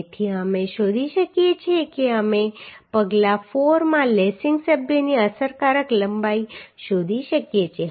તેથી અમે શોધી શકીએ છીએ કે અમે પગલા 4 માં લેસિંગ સભ્યની અસરકારક લંબાઈ શોધી શકીએ છીએ